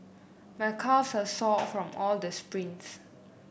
my calves are sore from all the sprints